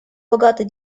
богатый